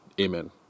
amen